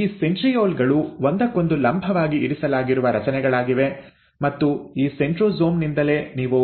ಈ ಸೆಂಟ್ರೀಯೋಲ್ ಗಳು ಒಂದಕ್ಕೊಂದು ಲಂಬವಾಗಿ ಇರಿಸಲಾಗಿರುವ ರಚನೆಗಳಾಗಿವೆ ಮತ್ತು ಈ ಸೆಂಟ್ರೊಸೋಮ್ ನಿಂದಲೇ ನೀವು